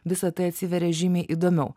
visa tai atsiveria žymiai įdomiau